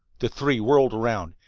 the three whirled around,